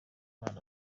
bari